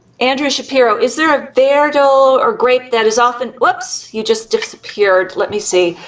andrea shapiro, is there a varietal or grape that is often, whoops, you just disappeared. let me see.